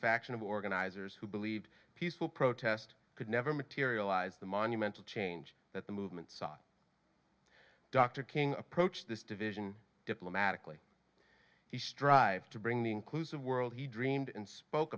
faction of organizers who believed peaceful protest could never materialize the monumental change that the movement saw dr king approach this division diplomatically he strives to bring the inclusive world he dreamed and spoke